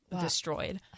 destroyed